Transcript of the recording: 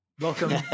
Welcome